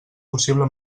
possible